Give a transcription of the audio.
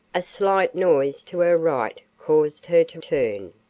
a slight noise to her right caused her to turn.